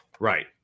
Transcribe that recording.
Right